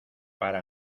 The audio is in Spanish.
para